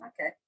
Okay